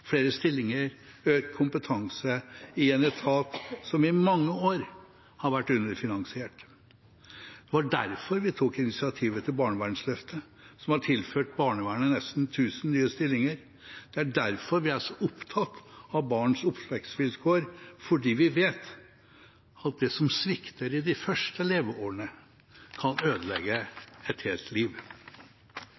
flere stillinger og økt kompetanse i en etat som i mange år har vært underfinansiert. Det var derfor vi tok initiativet til barnevernsløftet, som har tilført barnevernet nesten 1 000 nye stillinger. Det er derfor vi er så opptatt av barns oppvekstvilkår, fordi vi vet at det som svikter i de første leveårene, kan ødelegge